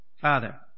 Father